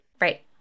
Right